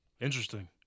Interesting